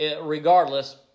Regardless